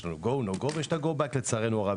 יש לנו GO /NO GO, ויש Go Back, לצערנו הרב.